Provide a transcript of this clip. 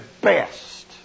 best